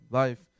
life